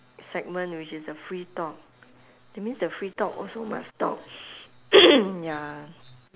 segment which is a free talk that means the free talk also must talk ya